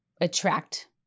attract